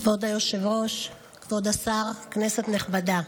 כבוד היושב-ראש, כבוד השר, כנסת נכבדה,